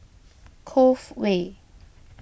Cove Way